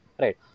right